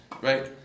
Right